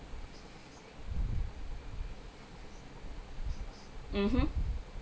mmhmm